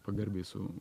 pagarbiai su